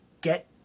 get